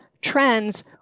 trends